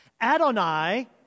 Adonai